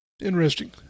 Interesting